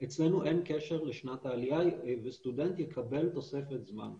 אצלנו אין קשר לשנת העלייה וסטודנט יקבל תוספת זמן כזו.